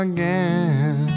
Again